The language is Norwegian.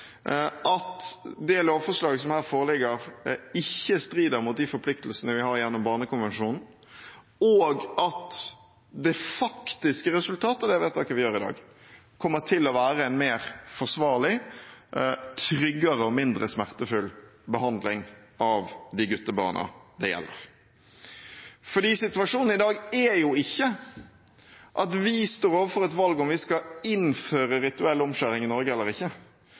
at det lovforslaget som her foreligger, ikke strider mot de forpliktelsene vi har gjennom Barnekonvensjonen, og at det faktiske resultatet av det vedtaket vi gjør i dag, kommer til å være en mer forsvarlig, tryggere og mindre smertefull behandling av de guttebarna det gjelder. For situasjonen i dag er jo ikke at vi står overfor et valg om vi skal innføre rituell omskjæring i Norge eller